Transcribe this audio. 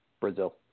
Brazil